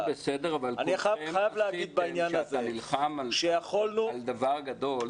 לא בסדר, אבל כשאתה נלחם על דבר גדול,